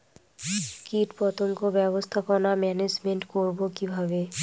কীটপতঙ্গ ব্যবস্থাপনা ম্যানেজমেন্ট করব কিভাবে?